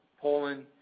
Poland